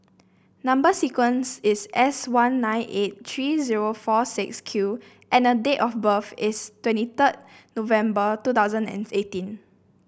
number sequence is S one nine eight three zero four six Q and date of birth is twenty third November two thousand and eighteen